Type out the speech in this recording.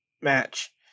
match